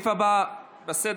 הסעיף הבא בסדר-היום: